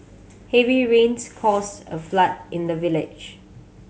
heavy rains caused a flood in the village